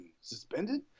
suspended